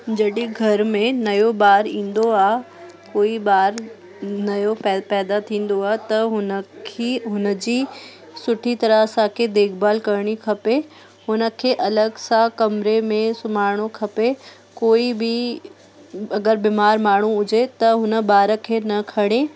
जॾहिं घर में नयो ॿार ईंदो आहे कोई ॿार नयो पै पैदा थींदो आहे त हुन खी हुन जी सुठी तरह असांखे देखभाल करिणी खपे हुन खे अलॻि सां कमिरे में सुम्हारिणो खपे कोई बि अगरि बीमारु माण्हू हुजे त हुन ॿार खे न खणे